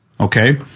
Okay